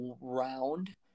round